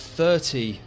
thirty